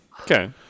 Okay